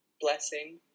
blessing